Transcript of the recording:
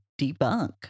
debunk